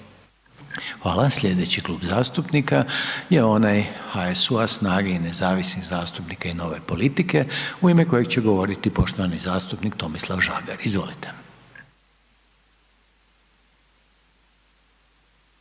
Hvala slijedeći Klub zastupnika je onaj HSU-a, SNAGE i nezavisnih zastupnika i Nove politike u ime kojeg će govoriti poštovani zastupnik Tomislav Žagar. Izvolite.